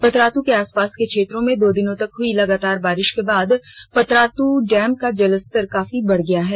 पतरातू के आसपास के क्षेत्रो में दो दिनों तक हुई लगातार बारिश के बाद पतरातू डैम का जलस्तर काफी बढ़ गया है